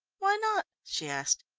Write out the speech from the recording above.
why not? she asked.